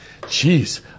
Jeez